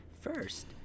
first